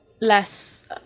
less